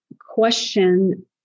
question